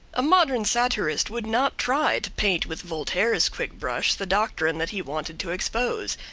a modern satirist would not try to paint with voltaire's quick brush the doctrine that he wanted to expose.